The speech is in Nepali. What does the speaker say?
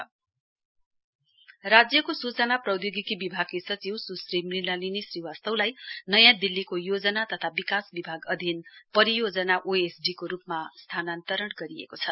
ट्रान्सफर राज्यको सूचना प्रौद्योगिकी विबागकी सचिव श्रीमती मुणालिनी श्रीवास्तवलाई नयाँ दिल्लीका योजना विकास विभाग अधिन परियोजना ओएसडी को रूपमा स्थानान्तरण गरिएको छ